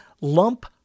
lump